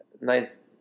nice